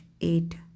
eight